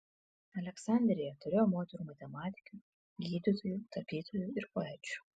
aleksandrija turėjo moterų matematikių gydytojų tapytojų ir poečių